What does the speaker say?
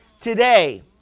today